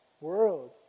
world